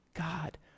God